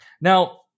Now